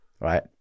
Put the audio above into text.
right